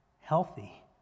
healthy